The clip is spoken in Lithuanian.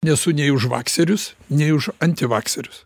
nesu nei už vakserius nei už antivakserius